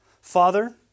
Father